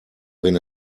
wenn